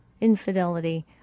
infidelity